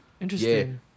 Interesting